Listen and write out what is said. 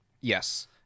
Yes